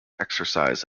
exercise